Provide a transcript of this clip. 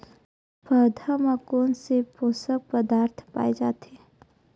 पौधा मा कोन से पोषक पदार्थ पाए जाथे?